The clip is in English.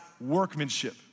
workmanship